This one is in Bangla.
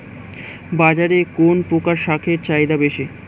বাজারে কোন প্রকার শাকের চাহিদা বেশী?